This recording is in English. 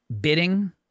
bidding